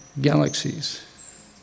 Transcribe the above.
galaxies